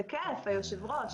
זה כיף, היושב-ראש.